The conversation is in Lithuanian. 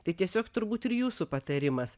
tai tiesiog turbūt ir jūsų patarimas